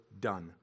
done